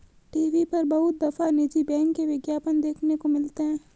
TV पर बहुत दफा निजी बैंक के विज्ञापन देखने को मिलते हैं